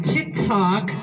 TikTok